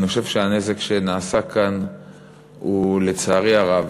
אני חושב שהנזק שנעשה כאן הוא, לצערי הרב,